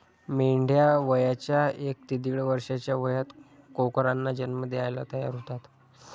मेंढ्या वयाच्या एक ते दीड वर्षाच्या वयात कोकरांना जन्म द्यायला तयार होतात